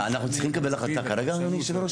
אנחנו צריכים לקבל החלטה כרגע, היושב-ראש?